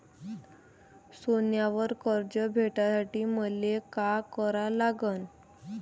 सोन्यावर कर्ज भेटासाठी मले का करा लागन?